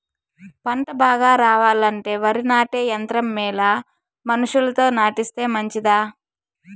పంట బాగా రావాలంటే వరి నాటే యంత్రం మేలా మనుషులతో నాటిస్తే మంచిదా?